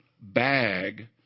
bag